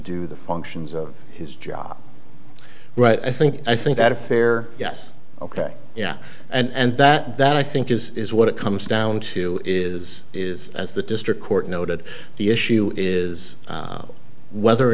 do the functions of his job right i think i think that a fair yes ok yeah and that that i think is is what it comes down to is is as the district court noted the issue is whether or